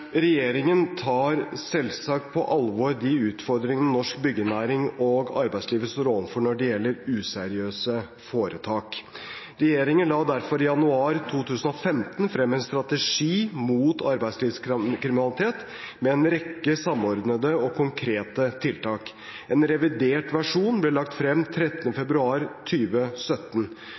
Regjeringen tar selvsagt på alvor de utfordringene norsk byggenæring og arbeidslivet står overfor når det gjelder useriøse foretak. Regjeringen la derfor i januar 2015 frem en strategi mot arbeidslivskriminalitet med en rekke samordnede og konkrete tiltak. En revidert versjon ble lagt frem 13. februar